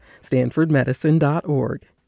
stanfordmedicine.org